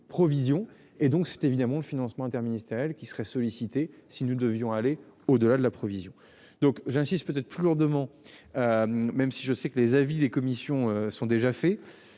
et donc c'était évidemment le financement interministériel qui seraient sollicités. Si nous devions aller au-delà de la provision. Donc j'insiste peut-être plus lourdement. Même si je sais que les avis des commissions sont déjà faits